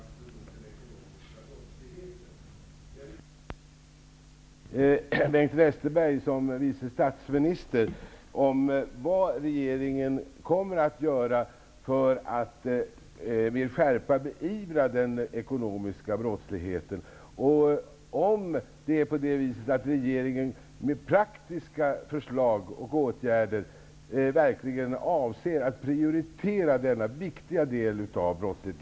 Jag vill därför fråga Bengt Westerberg som vice statsminister vad regeringen kommer att göra för att med skärpa beivra den ekonomiska brottsligheten och om regeringen med praktiska förslag och åtgärder verkligen avser att prioritera denna viktiga verksamhet.